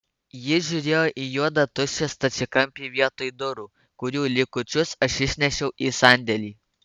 ji žiūrėjo į juodą tuščią stačiakampį vietoj durų kurių likučius aš išnešiau į sandėlį